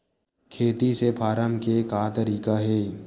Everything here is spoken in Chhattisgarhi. खेती से फारम के का तरीका हे?